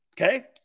Okay